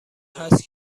هست